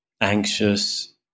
anxious